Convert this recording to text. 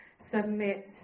submit